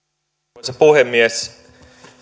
arvoisa puhemies